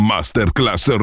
Masterclass